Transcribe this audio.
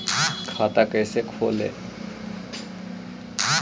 खाता कैसे खोले?